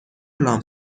لامپ